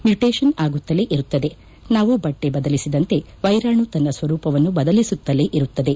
mutation ಆಗುತ್ತಲೇ ಇರುತ್ತದೆ ನಾವು ಬಟ್ಷೆ ಬದಲಿಸಿದಂತೆ ವ್ಲೆರಾಣು ತನ್ನ ಸ್ವರೂಪವನ್ನು ಬದಲಿಸುತ್ತಲೇ ಇರುತ್ತದೆ